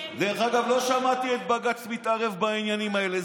דרך אגב, לא שמעתי את בג"ץ מתערב בעניינים האלה.